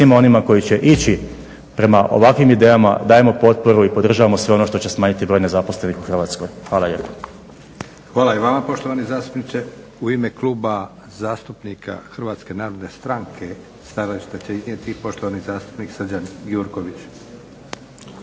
svima onima koji će ići prema ovakvim idejama dajemo potporu i podržavamo sve ono što će se smanjiti broj nezaposlenih u Hrvatskoj. Hvala lijepo. **Leko, Josip (SDP)** Hvala i vama poštovani zastupniče. U ime Kluba zastupnika HNS-a stajalište će iznijeti poštovani zastupnik Srđan Gjurković.